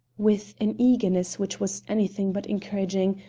with an eagerness which was anything but encouraging,